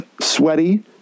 sweaty